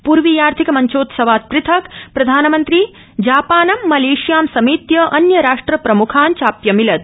पूर्वीयार्थिक मञ्चोत्सवात् पृथक प्रधानमन्त्री जापानं मलेशियां समेत्य अन्य राष्ट्रप्रम्खान् चाप्यमिलत्